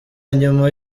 nyuma